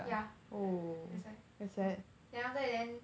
yeah th~ that's why then after that then